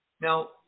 Now